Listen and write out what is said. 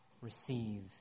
receive